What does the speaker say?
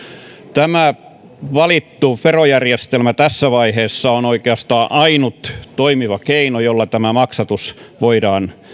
tämä valittu verojärjestelmä tässä vaiheessa on oikeastaan ainut toimiva keino jolla tämä maksatus voidaan